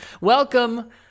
Welcome